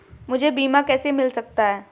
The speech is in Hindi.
मुझे बीमा कैसे मिल सकता है?